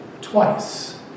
twice